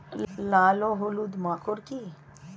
লাল ও হলুদ মাকর কী?